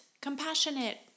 compassionate